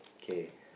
K